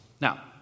Now